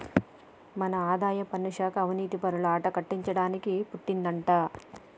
మన ఆదాయపన్ను శాఖ అవనీతిపరుల ఆట కట్టించడానికి పుట్టిందంటా